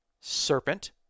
serpent